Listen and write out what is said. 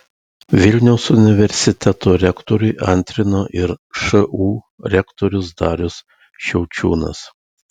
vilniaus universiteto rektoriui antrino ir šu rektorius darius šiaučiūnas